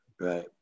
Right